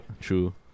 True